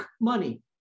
money